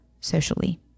socially